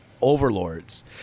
overlords